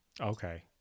Okay